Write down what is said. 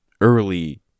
early